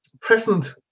present